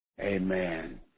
Amen